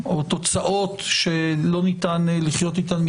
או ימים אחדים לאחר קיום הדיון,